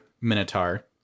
Minotaur